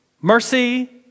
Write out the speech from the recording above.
mercy